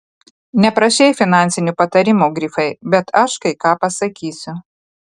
neprašei finansinių patarimų grifai bet aš kai ką pasakysiu